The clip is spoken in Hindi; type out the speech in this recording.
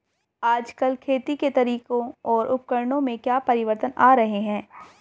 आजकल खेती के तरीकों और उपकरणों में क्या परिवर्तन आ रहें हैं?